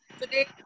today